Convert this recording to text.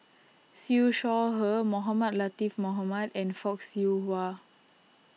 Siew Shaw Her Mohamed Latiff Mohamed and Fock Siew Wah